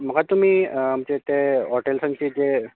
म्हाका तुमी म्हणजे तें हॉटेल्सांची ते